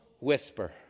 whisper